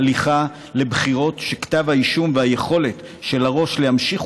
הליכה לבחירות שכתב האישום והיכולת של הראש להמשיך